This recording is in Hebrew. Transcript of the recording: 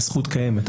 הזכות קיימת.